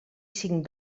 cinc